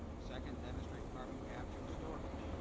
second, demonstrate carbon capture and storage.